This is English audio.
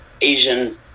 Asian